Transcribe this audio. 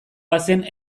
bazen